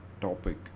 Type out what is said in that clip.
topic